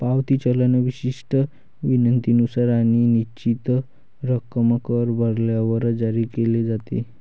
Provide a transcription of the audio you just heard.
पावती चलन विशिष्ट विनंतीनुसार आणि निश्चित रक्कम कर भरल्यावर जारी केले जाते